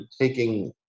taking